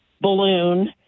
balloon